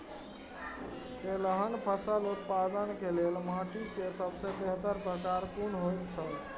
तेलहन फसल उत्पादन के लेल माटी के सबसे बेहतर प्रकार कुन होएत छल?